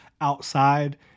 outside